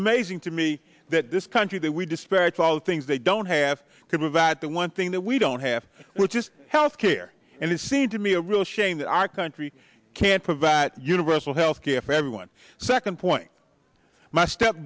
amazing to me that this country that we disparage all things they don't have good with that the one thing that we don't have which is health care and it seemed to me a real shame that our country can't provide universal health care for everyone second point my step